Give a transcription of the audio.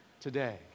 today